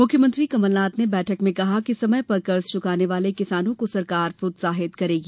मुख्यमंत्री कमलनाथ ने बैठक में कहा कि समय पर कर्ज चुकाने वाले किसानों को सरकार प्रोत्साहित करेगी